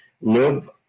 live